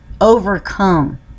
overcome